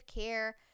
care